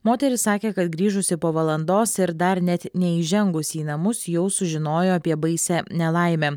moteris sakė kad grįžusi po valandos ir dar net neįžengus į namus jau sužinojo apie baisią nelaimę